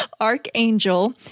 Archangel